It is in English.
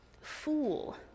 Fool